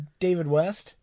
DavidWest